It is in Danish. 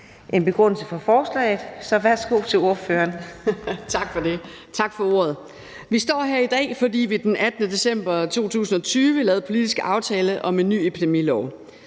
(Ordfører for forslagsstillerne) Mona Juul (KF): Tak for ordet. Vi står her i dag, fordi vi den 18. december 2020 lavede en politisk aftale om en ny epidemilov.